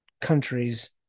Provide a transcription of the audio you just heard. countries